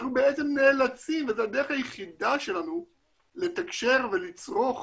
אנחנו בעצם נאלצים וזו הדרך היחידה שלנו לתקשר ולצרוך